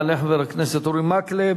יעלה חבר הכנסת אורי מקלב.